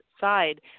side